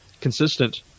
consistent